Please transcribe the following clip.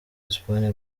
espagne